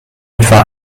etwa